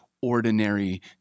ordinary